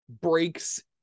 breaks